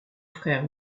frères